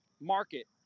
market